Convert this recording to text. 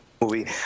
movie